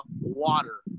water